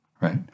right